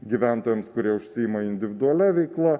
gyventojams kurie užsiima individualia veikla